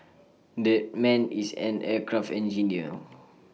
that man is an aircraft engineer